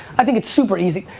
i think, it's super easy.